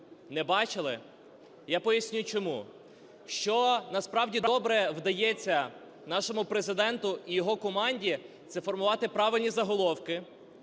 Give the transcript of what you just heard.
Не бачили? Я поясню чому. Що насправді добре вдається нашому Президенту і його команді – це формувати правильні заголовки